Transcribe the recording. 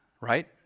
right